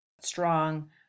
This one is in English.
strong